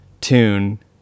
tune